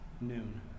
Noon